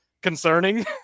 concerning